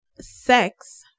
Sex